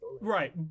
right